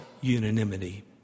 unanimity